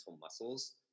muscles